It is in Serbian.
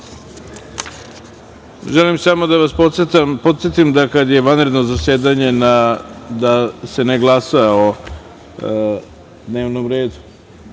redu. Želim samo da vas podsetim da kada je vanredno zasedanje da se ne glasa o dnevnom redu,